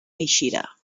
eixirà